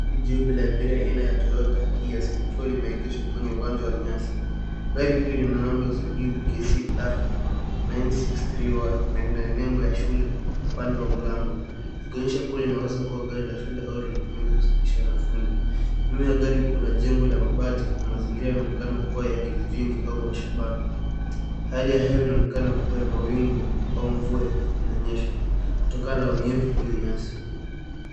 Gari jeupe la abiria aina ya Toyota Hiace likiwa limeegeshwa kwenye uwanja wa nyasi. Gari hili lina namba ya usajili KCR 963Y na lina nembo ya shule upande wa mlango. Likionyesha kuwa linaweza kuwa gari la shule au linatumika kusafirisha wanafunzi. Nyuma ya gari kuna jengo la mabati na mazingira yanaonekana kuwa ya kijijini au mashambani. Hali ya hewa inaonekana kuwa ya mawingu au mvua inanyesha kutokana na unyevu kwenye nyasi.